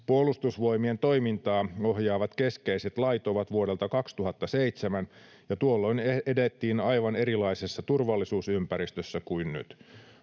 Puolustusvoimien toimintaa ohjaavat keskeiset lait ovat vuodelta 2007, ja tuolloin edettiin aivan erilaisessa turvallisuusympäristössä kuin nyt.